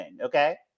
okay